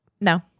No